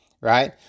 right